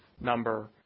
number